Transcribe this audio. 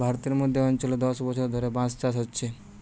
ভারতের মধ্য অঞ্চলে দশ বছর ধরে বাঁশ চাষ হচ্ছে